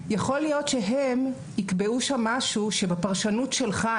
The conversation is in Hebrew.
יכול להיות שהם יקבעו שם משהו שבפרשנות שלך,